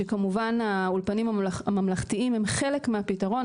שכמובן האולפנים הממלכתיים הם חלק מהפתרון,